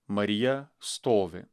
marija stovi